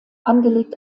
angelegt